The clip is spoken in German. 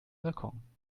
balkon